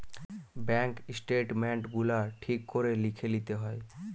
bank statement গুলা ঠিক করে লিখে লিতে হয়